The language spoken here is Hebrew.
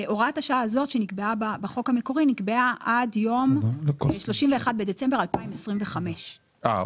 הוראת השעה הזאת שנקבעה בחוק המקורי נקבעה עד יום 31 בדצמבר 2025. אה,